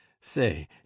Say